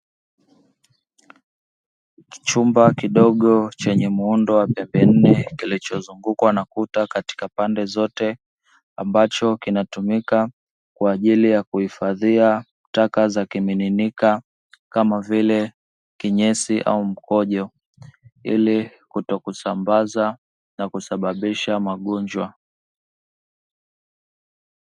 Chumba kidogo chenye muundo wa pembe nne kilichozungukwa na kuta katika pande zote, ambacho kinatumika kwa ajili ya kuhifadhia taka za kimiminika kama vile kinyesi au mkojo. Ili kutokusambaza na kusababisha magonjwa.